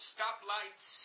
Stoplights